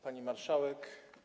Pani Marszałek!